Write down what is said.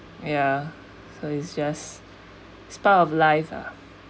ya so is just is part of life lah